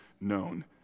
known